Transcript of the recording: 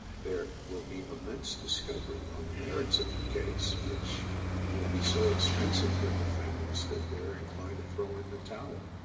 there will be immense discovery on the merits of the case, which will be so expensive for defendants that they're inclined to throw in the towel.